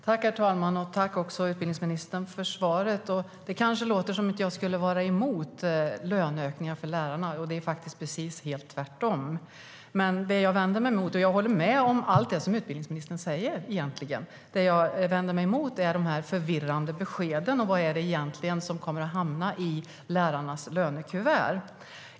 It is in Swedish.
Herr talman! Jag tackar utbildningsministern för svaret. Det kanske låter som om jag skulle vara emot löneökningar för lärarna. Men det är precis tvärtom. Jag håller med om allt det som utbildningsministern säger. Det som jag vänder mig emot är de förvirrande beskeden. Vad är det egentligen som kommer att hamna i lärarnas lönekuvert?